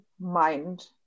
mind